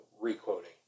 re-quoting